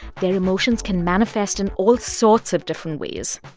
their emotions can manifest in all sorts of different ways